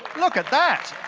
look at that!